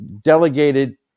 delegated